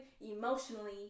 emotionally